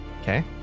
okay